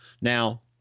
Now